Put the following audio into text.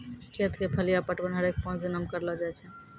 खेत क फलिया पटवन हरेक पांच दिनो म करलो जाय छै